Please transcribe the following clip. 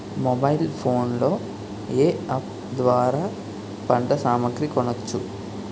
Mobile phone లో ఏ app ద్వారా పంట సామాగ్రి కొనచ్చు?